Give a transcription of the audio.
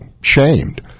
shamed